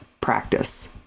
practice